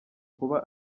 kuba